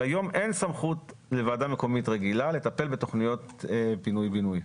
היום אין סמכות לוועדה מקומית רגילה לטפל בתכניות פינוי בינוי.